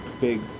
big